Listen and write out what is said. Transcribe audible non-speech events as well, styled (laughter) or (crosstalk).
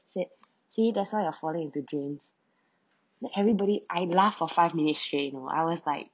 said (noise) see that's why you're falling into drains (breath) then everybody I laugh for five minutes straight you know I was like